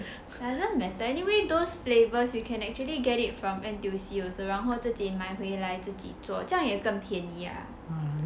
doesn't matter anyway those flavours we can actually get it from N_T_U_C also 然后自己买回来自己做这样也更便宜 ah